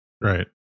Right